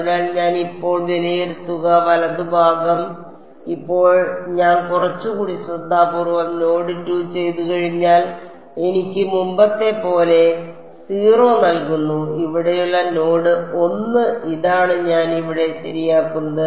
അതിനാൽ ഞാൻ ഇപ്പോൾ വിലയിരുത്തുന്ന വലതുഭാഗം ഇപ്പോൾ ഞാൻ കുറച്ചുകൂടി ശ്രദ്ധാപൂർവം നോഡ് 2 ചെയ്തുകഴിഞ്ഞാൽ എനിക്ക് മുമ്പത്തെപ്പോലെ 0 നൽകുന്നു ഇവിടെയുള്ള നോഡ് 1 ഇതാണ് ഞാൻ ഇവിടെ ശരിയാക്കുന്നത്